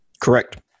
Correct